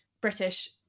british